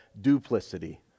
duplicity